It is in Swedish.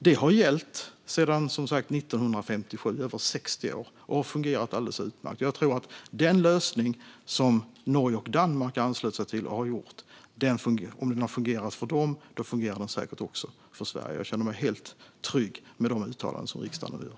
Detta har som sagt gällt sedan 1957, i över 60 år, och fungerat alldeles utmärkt. Jag tror att om den lösning som Norge och Danmark anslöt sig till har fungerat för dem fungerar den säkert också för Sverige. Jag känner mig helt trygg med de uttalanden som riksdagen nu gör.